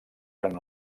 pren